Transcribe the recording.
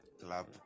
club